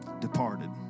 departed